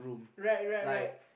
right right right